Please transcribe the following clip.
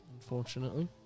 unfortunately